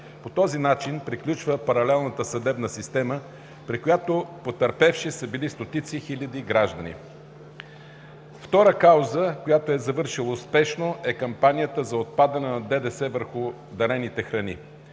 По този начин приключва паралелната съдебна система, при която потърпевши са били стотици хиляди граждани. Втора кауза, която е завършила успешно, е кампанията за отпадане на ДДС върху дарените храни.